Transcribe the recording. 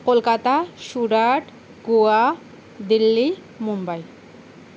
Kolkata Surat Goa Delhi Mumbai